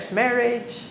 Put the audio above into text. marriage